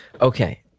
Okay